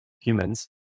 humans